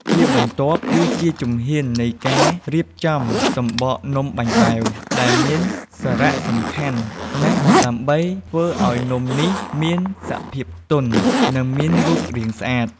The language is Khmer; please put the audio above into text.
ជាបន្ទាប់ គឺជាជំហាននៃការរៀបចំសំបកនំបាញ់បែវ ដែលមានសារៈសំខាន់ណាស់ ដើម្បីធ្វើឱ្យនំនេះមានសភាពទន់ និងមានរូបរាងស្អាត។